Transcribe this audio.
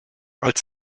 als